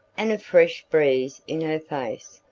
and a fresh breeze in her face,